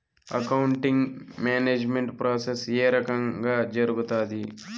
accounting management process ఏ రకంగా జరుగుతాది